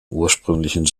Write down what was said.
ursprünglichen